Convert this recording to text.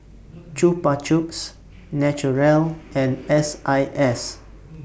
Chupa Chups Naturel and S I S